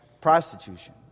prostitution